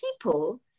people